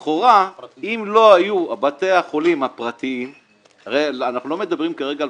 לכאורה אם לא היו בתי החולים הפרטיים - הרי אנחנו לא מדברים כרגע על